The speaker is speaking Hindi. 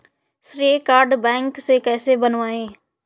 श्रेय कार्ड बैंक से कैसे बनवाएं?